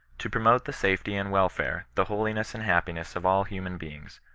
to promote the safety and welfare, the holiness and happiness of all human beings,